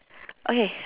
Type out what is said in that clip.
okay